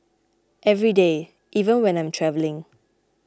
every day even when I'm travelling